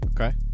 Okay